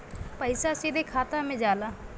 पइसा सीधे खाता में जाला